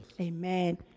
Amen